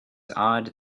odd